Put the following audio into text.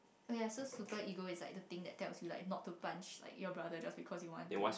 oh ya so super ego is like the thing that tells you like not to punch like your brother just because you want to